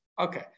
okay